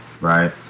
right